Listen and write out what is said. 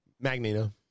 Magneto